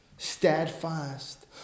steadfast